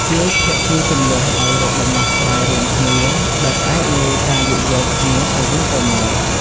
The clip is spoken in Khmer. ជួយភាគីជម្លោះឱ្យរកដំណោះស្រាយរួមគ្នា ដោយផ្អែកលើការយោគយល់គ្នាទៅវិញទៅមក។